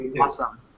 Awesome